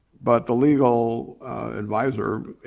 but the legal advisor,